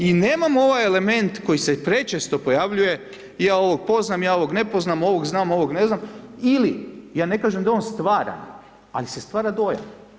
I nemamo ovaj element koji se prečesto pojavljuje, ja ovog poznam, ja ovog ne poznam, ovog znam, ovog ne znam ili, ja ne kažem da je on stvaran, ali se stvara dojam.